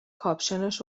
کاپشنش